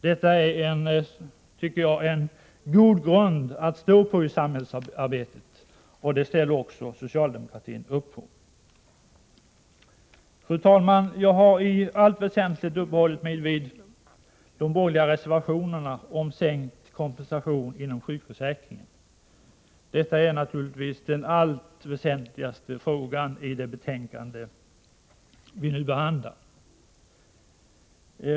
Detta är en god grund att stå på i samhällsarbetet, och den ställer också socialdemokratin upp på. Fru talman! Jag har i allt väsentligt uppehållit mig vid de borgerliga reservationerna om sänkt kompensation inom sjukförsäkringen. Detta är naturligtvis den allra viktigaste frågan i det betänkande vi nu behandlar.